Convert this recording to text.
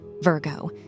Virgo